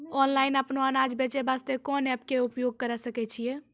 Online अपनो अनाज बेचे वास्ते कोंन एप्प के उपयोग करें सकय छियै?